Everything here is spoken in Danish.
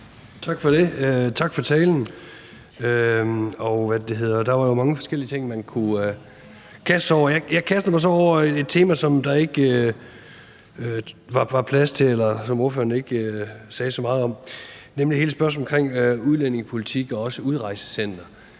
Tak for det, og tak for talen. Der var jo mange forskellige ting, man kunne kaste sig over. Jeg kaster mig så over et tema, som der ikke var plads til, eller som ordføreren ikke sagde så meget om, nemlig hele spørgsmålet om udlændingepolitik og også om et udrejsecenter.